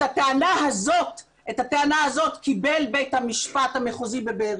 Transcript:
את הטענה הזאת קיבל בית המשפט המחוזי בבאר